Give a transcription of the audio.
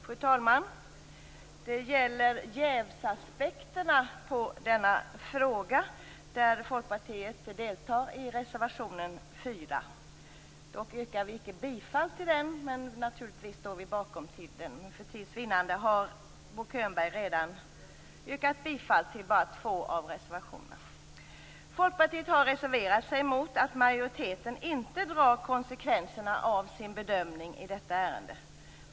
Fru talman! Denna fråga gäller jävsaspekterna. Folkpartiet deltar i reservationen 4. Vi yrkar dock inte bifall, men vi står naturligtvis bakom reservationen. Bo Könberg har redan för tids vinnande yrkat bifall till bara två av reservationerna. Folkpartiet har reserverat sig mot att majoriteten inte tar konsekvenserna av sin bedömning i detta ärende.